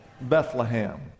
Bethlehem